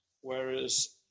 whereas